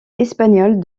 espagnole